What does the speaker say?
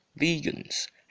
vegans